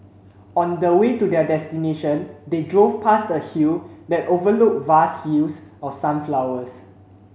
on the way to their destination they drove past a hill that overlooked vast fields of sunflowers